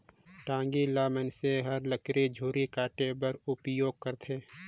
टागी ल मइनसे लकरी झूरी काटे बर उपियोग करथे